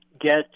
get